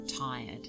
tired